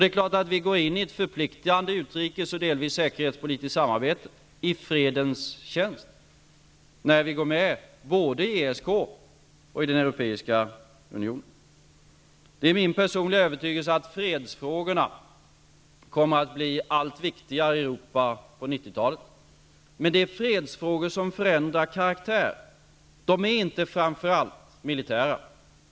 Det är klart att vi går in i ett förpliktande utrikes och delvis säkerhetspolitiskt samarbete i fredens tjänst både när vi går med i ESK och när vi går med i den europeiska unionen. Det är min personliga övertygelse att fredsfrågorna kommer att bli allt viktigare i Europa på 90-talet. Men det är fredsfrågor av förändrad karaktär. De är inte framför allt militära.